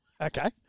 Okay